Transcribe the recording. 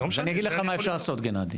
אני אגיד לך מה אפשר לעשות, גנאדי.